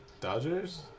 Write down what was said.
Dodgers